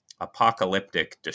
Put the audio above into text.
apocalyptic